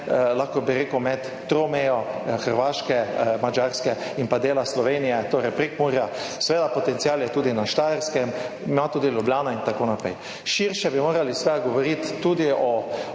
lahko bi rekel, tromejo Hrvaške, Madžarske in dela Slovenije, torej Prekmurja. Seveda, potencial je tudi na Štajerskem, ima tudi Ljubljana in tako naprej. Širše bi morali govoriti tudi o